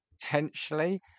potentially